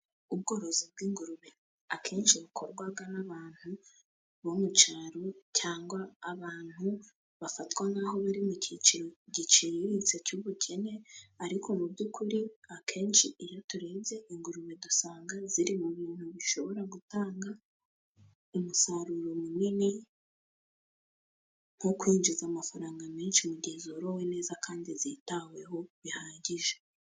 Ubworozi bw'ingurube akenshi bukorwaga n'abantu bo mu caro, cyangwa abantu bafatwa nk'aho bari mu ciciro giciriritse cy'ubukene. Ariko mu by'ukuri akenshi iyo turebye, ingurube dusanga ziri mu bintu bishobora gutanga umusaruro munini, nko kwinjiza amafaranga menshi mu gihe zorowe neza kandi zitaweho bihagije.